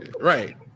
Right